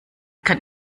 kann